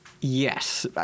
Yes